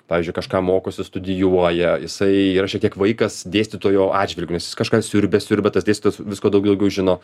pavyzdžiui kažką mokosi studijuoja jisai yra šiek tiek vaikas dėstytojo atžvilgiu nes jis kažką siurbia siurbia tas dėstytojas visko daug daugiau žino